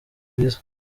rwiza